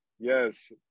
Yes